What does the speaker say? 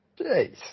Jeez